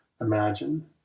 imagine